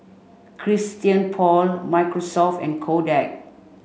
Christian Paul Microsoft and Kodak